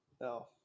No